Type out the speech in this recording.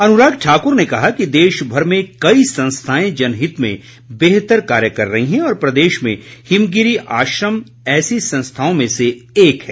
अनुराग ठाकुर ने कहा कि देशभर में कई संस्थाएं जनहित में बेहतर कार्य कर रही हैं और प्रदेश में हिमगिरी आश्रम ऐसी संस्थाओं में से एक है